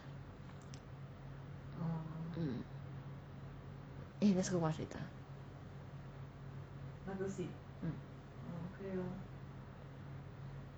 mmhmm eh let's go watch later mmhmm